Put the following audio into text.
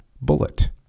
bullet